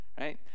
Right